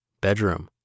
Bedroom